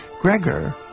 Gregor